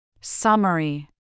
Summary